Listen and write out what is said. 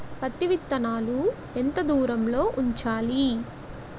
పత్తి విత్తనాలు ఎంత దూరంలో ఉంచాలి?